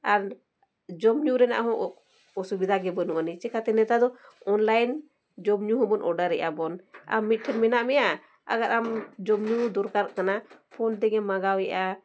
ᱟᱨ ᱡᱚᱢ ᱧᱩ ᱨᱮᱱᱟᱜ ᱦᱚᱸ ᱚᱥᱩᱵᱤᱫᱷᱟ ᱜᱮ ᱵᱟᱹᱱᱩᱜ ᱟᱹᱱᱤᱡ ᱪᱮᱠᱟᱛᱮ ᱱᱮᱛᱟᱨ ᱫᱚ ᱡᱚᱢᱼᱧᱩ ᱦᱚᱸᱵᱚᱱ ᱮᱫᱟᱵᱚᱱ ᱟᱢ ᱢᱤᱫᱴᱷᱮᱱ ᱢᱮᱱᱟᱜ ᱢᱮᱭᱟ ᱟᱜᱟᱨ ᱟᱢ ᱡᱚᱢᱼᱧᱩ ᱫᱚᱨᱠᱟᱨᱚᱜ ᱠᱟᱱᱟ ᱛᱮᱜᱮᱢ ᱢᱟᱜᱟᱣ ᱮᱫᱟ